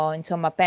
insomma